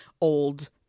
old